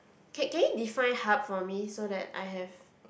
can can you define hub for me so that I have